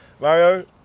mario